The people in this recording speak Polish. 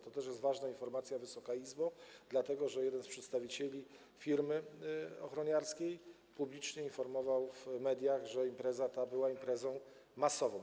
To też jest ważna informacja, Wysoka Izbo, dlatego że jeden z przedstawicieli firmy ochroniarskiej publicznie informował w mediach, że ta impreza była imprezą masową.